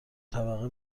طبقه